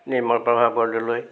Nirmal Prabha Bordoloi